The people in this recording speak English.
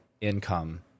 income